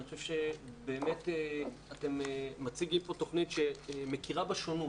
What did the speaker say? אני חושב שאתם באמת מציגים פה תוכנית שמכירה בשונות.